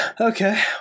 Okay